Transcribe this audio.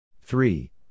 three